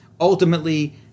Ultimately